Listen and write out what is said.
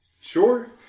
Sure